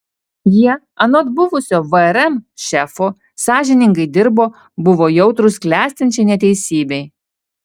jie anot buvusio vrm šefo sąžiningai dirbo buvo jautrūs klestinčiai neteisybei